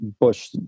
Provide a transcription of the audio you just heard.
Bush